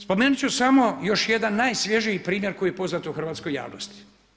Spomenuti ću samo još jedan najsvježiji primjer koji je poznat u hrvatskoj javnosti.